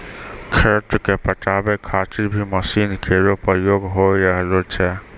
खेत क पटावै खातिर भी मसीन केरो प्रयोग होय रहलो छै